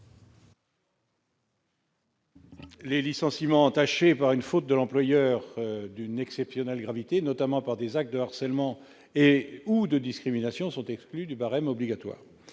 Les licenciements entaché par une faute de l'employeur d'une exceptionnelle gravité notamment par des actes de harcèlement et ou de discrimination sont exclus du barème obligatoire